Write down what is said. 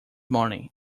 morning